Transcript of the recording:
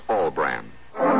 All-Brand